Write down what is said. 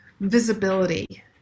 visibility